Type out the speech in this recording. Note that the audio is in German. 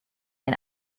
ein